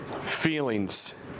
feelings